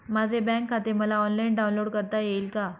माझे बँक खाते मला ऑनलाईन डाउनलोड करता येईल का?